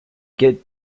get